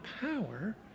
power